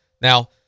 Now